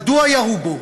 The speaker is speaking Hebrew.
מדוע ירו בו?